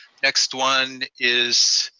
next one is